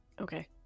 Okay